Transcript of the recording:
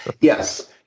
Yes